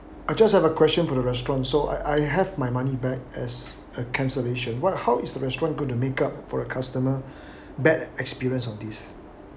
I just have a question for the restaurant so I I have my money back as a cancellation what how is the restaurant going to make up for a customer bad experience of this